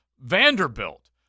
Vanderbilt